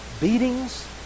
Beatings